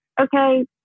okay